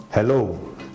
Hello